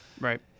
Right